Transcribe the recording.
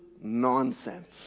nonsense